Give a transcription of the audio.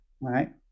right